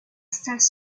salles